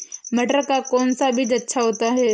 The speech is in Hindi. मटर का कौन सा बीज अच्छा होता हैं?